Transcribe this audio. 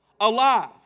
Alive